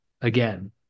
again